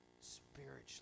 spiritually